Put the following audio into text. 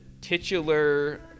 titular